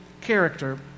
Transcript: character